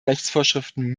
rechtsvorschriften